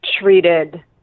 treated